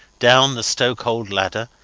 down the stokehold ladder,